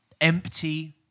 empty